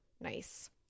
nice